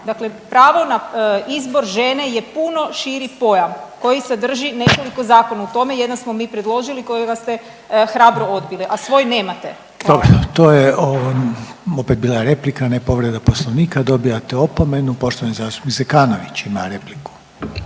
dakle pravo na izbor žene je puno širi pojam koji sadrži nekoliko zakona u tome. Jedan smo mi predložili kojega ste hrabro odbili, a svoj nemate. **Reiner, Željko (HDZ)** Dobro to je opet bila replika, a ne povreda Poslovnika, dobijate opomenu. Poštovani zastupnik Zekanović ima repliku.